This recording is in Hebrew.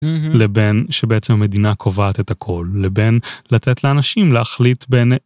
לבין שבעצם המדינה קובעת את הכל לבין לתת לאנשים להחליט בין.